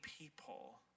people